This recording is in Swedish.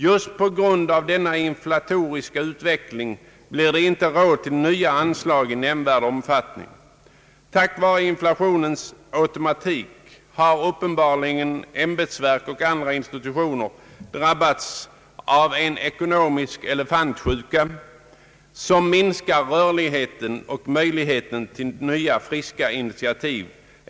Just på grund av denna inflatoriska utveckling blir det inte råd till nya anslag i nämnvärd omfattning. På grund av inflationens automatik har uppenbarligen ämbetsverk och andra institutioner drabbats av en ekonomisk »elefantsjuka» som minskar rörligheten och möjligheten till nya friska initiativ.